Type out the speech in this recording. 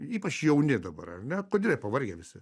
ypač jauni dabar ar ne kodėl pavargę visi